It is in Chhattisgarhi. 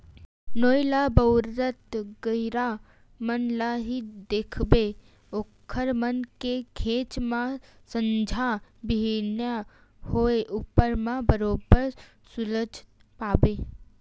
नोई ल बउरत गहिरा मन ल ही देखबे ओखर मन के घेंच म संझा बिहनियां होय ऊपर म बरोबर झुलत पाबे